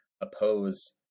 oppose